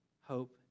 hope